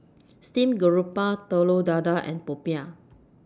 Steamed Garoupa Telur Dadah and Popiah